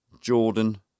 Jordan